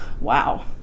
Wow